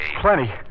Plenty